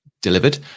delivered